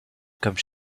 comme